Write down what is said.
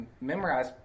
memorize